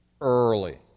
early